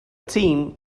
team